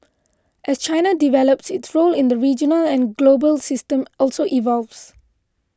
as China develops its role in the regional and global system also evolves